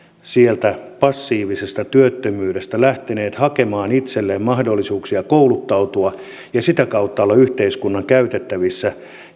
sieltä passiivisesta työttömyydestä lähteneet hakemaan itselleen mahdollisuuksia kouluttautua ja sitä kautta olla yhteiskunnan käytettävissä